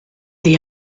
the